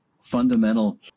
fundamental